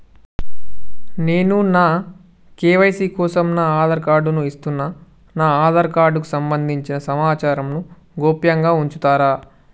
నేను నా కే.వై.సీ కోసం నా ఆధార్ కార్డు ను ఇస్తున్నా నా ఆధార్ కార్డుకు సంబంధించిన సమాచారంను గోప్యంగా ఉంచుతరా?